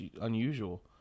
Unusual